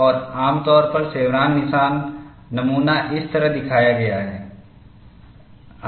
और आमतौर पर शेवरॉन निशान नमूना इस तरह दिखाया गया है